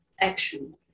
action